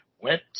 went